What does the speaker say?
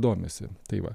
domisi tai va